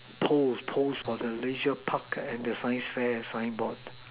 poles poles for the ratio Park science fair and the sign board